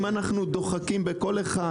אם אנחנו דוחקים בכל אחד